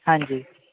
ਹਾਂਜੀ